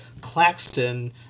Claxton